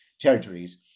territories